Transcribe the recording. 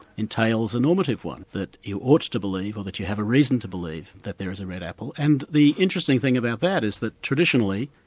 entails a normative one, that you ought to believe, or that you have a reason to believe that there is a red apple. and the interesting thing about that is that traditionally,